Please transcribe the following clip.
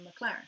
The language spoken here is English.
McLaren